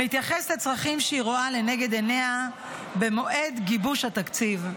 ומתייחס לצרכים שהיא רואה לנגד עיניה במועד גיבוש התקציב.